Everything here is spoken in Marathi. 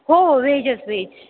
हो हो व्हेजच वेज